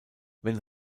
wenn